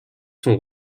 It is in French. sont